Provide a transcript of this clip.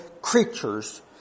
creatures